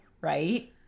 right